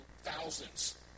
thousands